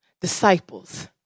disciples